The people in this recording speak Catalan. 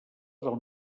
del